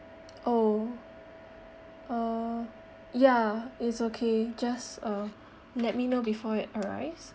oh uh ya it's okay just uh let me know before it arrives